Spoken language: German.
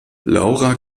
laura